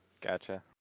gotcha